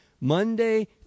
Monday